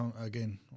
again